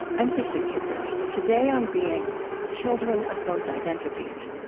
i'm krista tippett. today, on being children of both identities.